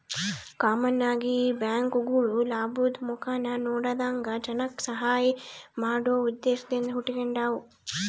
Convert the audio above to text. common ಆಗಿ ಈ ಬ್ಯಾಂಕ್ಗುಳು ಲಾಭುದ್ ಮುಖಾನ ನೋಡದಂಗ ಜನಕ್ಕ ಸಹಾಐ ಮಾಡೋ ಉದ್ದೇಶದಿಂದ ಹುಟಿಗೆಂಡಾವ